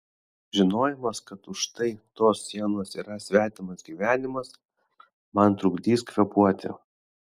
žinojimas kad už štai tos sienos yra svetimas gyvenimas man trukdys kvėpuoti